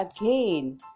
again